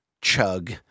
chug